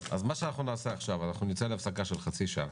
אנחנו נצא להפסקה של חצי שעה,